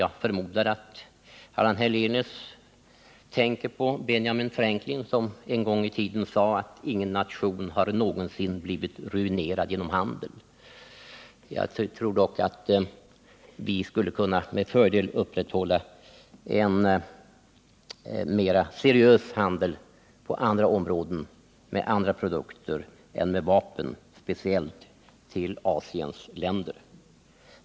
Jag förmodar att Allan Hernelius tänker på Benjamin Franklin, som en gång i tiden sade att ingen nation någonsin har blivit ruinerad genom handel. Jag tror dock att vi med fördel skulle kunna upprätthålla en mer seriös handel med andra produkter än med vapen, speciellt när det gäller handel med Asiens länder.